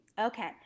Okay